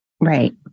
Right